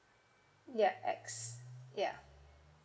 ya X ya